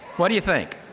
what do you think?